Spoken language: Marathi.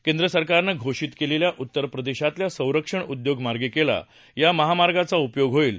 केंद्र सरकारनं घोषित केलेल्या उत्तरप्रदेशातल्या संरक्षण उद्योग मार्गिकेला या महामार्गाचा उपयोग होईल